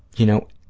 you know,